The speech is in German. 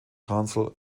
council